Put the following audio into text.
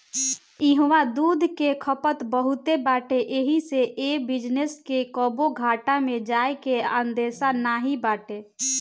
इहवा दूध के खपत बहुते बाटे एही से ए बिजनेस के कबो घाटा में जाए के अंदेशा नाई बाटे